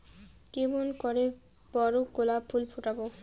কেমন করে বড় গোলাপ ফুল ফোটাব?